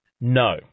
no